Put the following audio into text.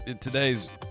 Today's